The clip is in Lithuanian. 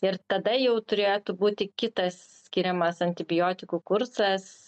ir tada jau turėtų būti kitas skiriamas antibiotikų kursas